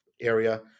area